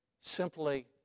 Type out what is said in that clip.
simply